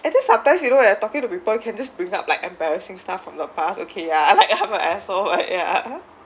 and then sometimes you know when you're talking to people you can just bring up like embarrassing stuff from the past okay ya I'm like I'm like so ya